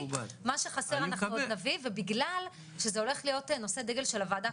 מה שחסר אנחנו עוד נביא ובגלל שזה הולך להיות נושא דגל של הוועדה,